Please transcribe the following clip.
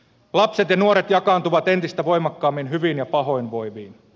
lapset ja nuoret jakaantuvat entistä voimakkaammin hyvin ja pahoinvoiviin